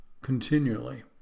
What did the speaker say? continually